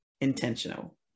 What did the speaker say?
intentional